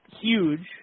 huge